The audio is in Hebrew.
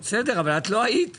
בסדר, אבל את לא היית כאן.